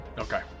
okay